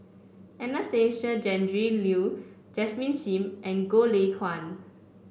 Anastasia Tjendri Liew Desmond Sim and Goh Lay Kuan